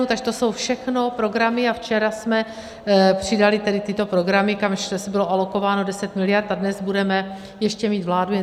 Takže to jsou všechno programy, a včera jsme přidali tedy tyto programy, kam bylo alokováno 10 miliard, a dnes budeme ještě mít vládu.